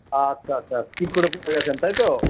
আচ্ছা আচ্ছা কিক করে পড়ে গেছেন তাই তো